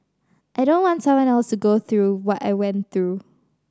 I don't want someone else to go through what I went through